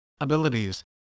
abilities